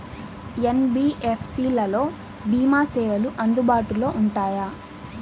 NBFC లలో భీమా సేవలు అందుబాటులో ఉంటాయా?